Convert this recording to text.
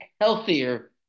healthier